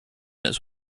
its